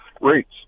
rates